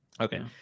Okay